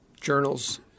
journals